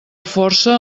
força